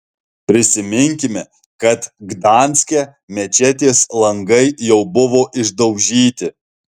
prisiminkime kad gdanske mečetės langai jau buvo išdaužyti